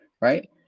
right